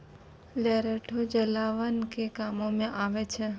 लरैठो जलावन के कामो मे आबै छै